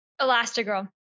Elastigirl